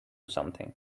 something